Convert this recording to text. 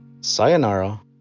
Sayonara